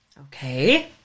Okay